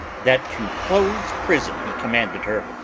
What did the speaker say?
that to close prison he commanded her,